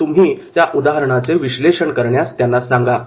तर तुम्ही त्या उदाहरणाचे विश्लेषण करण्यास त्यांना सांगा